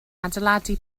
adeiladu